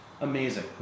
amazing